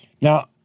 Now